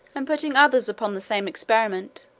and putting others upon the same experiment,